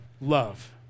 love